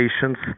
patients